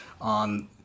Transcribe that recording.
on